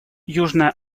южная